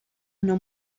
una